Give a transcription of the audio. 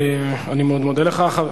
אני מאוד מודה לך.